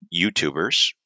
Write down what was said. YouTubers